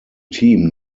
team